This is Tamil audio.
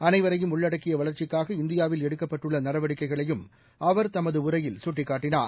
அனைவரையும் உள்ளடக்கியவளர்ச்சிக்காக இந்தியாவில் எடுக்கப்பட்டுள்ளநடவடிக்கைகளையும் அவர் தனதுடரையில் சுட்டிக்காட்டினார்